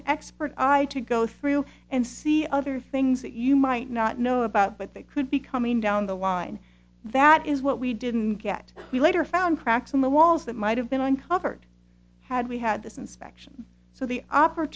an expert i to go through and see other things that you might not know about but they could be coming down the line that is what we didn't get we later found cracks in the walls that might have been uncovered had we had this inspection so the o